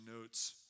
notes